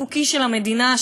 חוקי של המדינה,